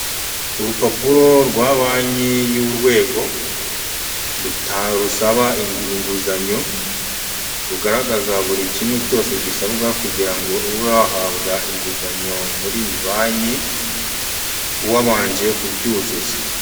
Urupapuro rwa banki y'Urwego rusaba inguzanyo, rugaragaza buri kimwe cyose gisabwa kugira ngo ube wahabwa inguzanyo muri iyi banki, uwabanje kubyuzuza.